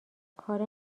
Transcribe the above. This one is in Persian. کار